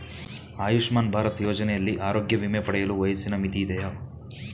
ಆಯುಷ್ಮಾನ್ ಭಾರತ್ ಯೋಜನೆಯಲ್ಲಿ ಆರೋಗ್ಯ ವಿಮೆ ಪಡೆಯಲು ವಯಸ್ಸಿನ ಮಿತಿ ಇದೆಯಾ?